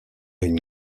une